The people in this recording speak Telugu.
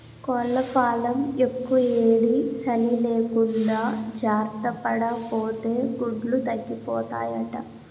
కోళ్లఫాంలో యెక్కుయేడీ, సలీ లేకుండా జార్తపడాపోతే గుడ్లు తగ్గిపోతాయట